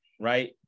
right